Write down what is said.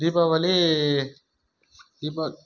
தீபாவளி இப்போ